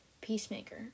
Peacemaker